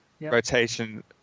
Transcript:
rotation